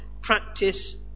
Practice